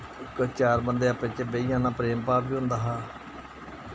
चार बंदे अपने च बेहि जाना प्रेम भाव वी होंदा हा